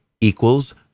equals